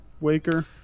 Waker